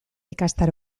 ikastaro